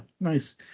nice